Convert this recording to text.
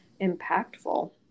impactful